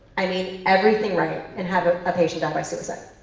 i mean, everything right, and have ah a patient die by suicide.